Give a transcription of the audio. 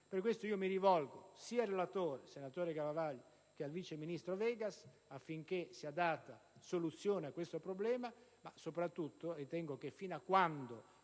Per questo, mi rivolgo sia al relatore, senatore Garavaglia, che al vice ministro Vegas affinché sia data soluzione a tale problema. Ritengo in particolare che, fino a quando